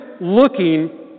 looking